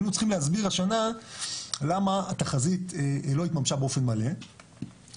היינו צריכים להסביר השנה למה התחזית לא התממשה באופן מלא והיינו